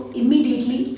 immediately